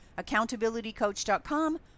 accountabilitycoach.com